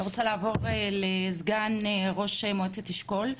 אני רוצה לעבור לסגן ראש מועצת אשכול,